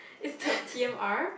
instead of T M R